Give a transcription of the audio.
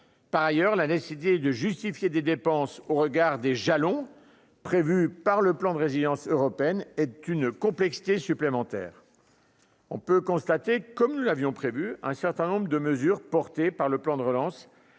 par ailleurs la décidé de justifier des dépenses au regard des jalons prévus par le plan de résilience européenne est une complexité supplémentaire, on peut constater, comme nous l'avions prévu un certain nombre de mesures portées par le plan de relance,